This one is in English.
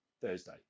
Thursday